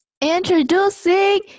Introducing